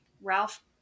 Ralph